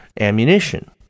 ammunition